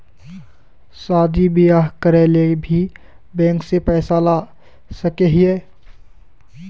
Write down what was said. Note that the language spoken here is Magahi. शादी बियाह करे ले भी बैंक से पैसा ला सके हिये?